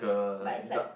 but it's like